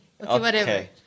okay